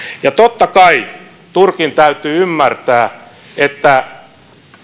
ja totta kai turkin täytyy ymmärtää että